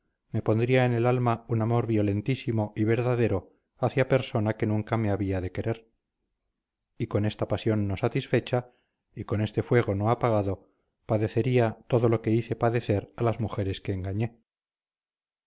me pondría en el alma un amor violentísimo y verdadero hacia persona que nunca me había de querer y con esta pasión no satisfecha y con este fuego no apagado padecería todo lo que hice padecer a las mujeres que engañé